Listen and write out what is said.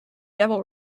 devil